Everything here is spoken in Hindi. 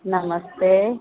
नमस्ते